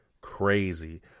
crazy